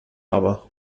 aber